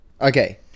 Okay